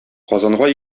казанга